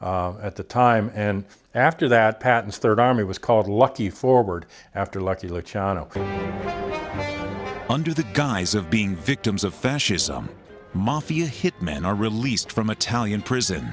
at the time and after that patents third army was called lucky forward after lucky luciano under the guise of being victims of fascism mafia hit men are released from a talian prison